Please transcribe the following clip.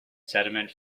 sediment